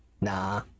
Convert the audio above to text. Nah